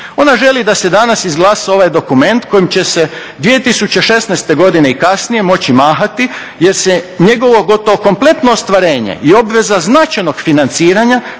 Ona želi da se danas izglasa ovaj dokument kojim će se 2016. godine i kasnije moći mahati jer se njegovo gotovo kompletno ostvarenje i obveza značajnog financiranja